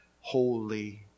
holy